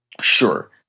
sure